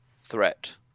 threat